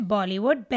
Bollywood